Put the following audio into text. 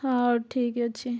ହଉ ଠିକ୍ ଅଛି